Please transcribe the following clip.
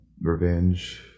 revenge